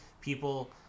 people